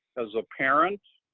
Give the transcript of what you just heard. as a parent,